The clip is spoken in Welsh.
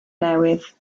newydd